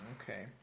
Okay